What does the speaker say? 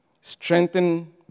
strengthen